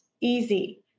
easy